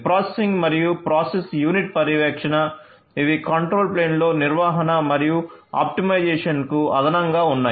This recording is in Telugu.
ప్రాసెసింగ్ మరియు ప్రాసెస్ యూనిట్ పర్యవేక్షణ ఇవి కంట్రోల్ ప్లేన్లో నిర్వహణ మరియు ఆప్టిమైజేషన్కు అదనంగా ఉన్నాయి